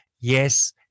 yes